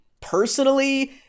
Personally